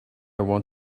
want